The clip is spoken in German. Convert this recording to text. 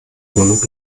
wohnung